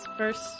First